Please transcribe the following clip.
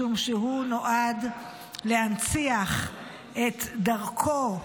משום שהוא נועד להנציח את דרכו,